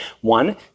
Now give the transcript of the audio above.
One